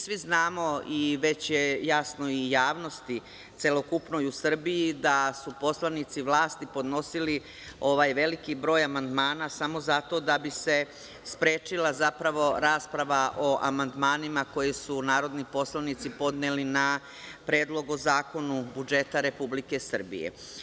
Svi znamo, već je jasno i javnosti celokupnoj u Srbiji da su poslanici vlasti podnosili ovaj veliki broj amandmana samo zato da bi se sprečila, zapravo, rasprava o amandmanima koji su narodni poslanici podneli na Predlogu Zakona o budžetu Republike Srbije.